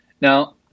Now